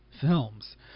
films